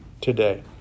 today